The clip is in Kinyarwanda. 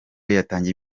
yatangiye